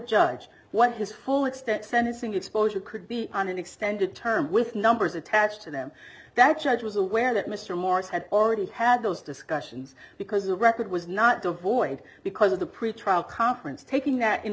judge what his full extent sentencing exposure could be on an extended term with numbers attached to them that judge was aware that mr morris had already had those discussions because the record was not devoid because of the pretrial conference taking that in